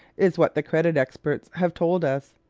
is what the credit experts have told us.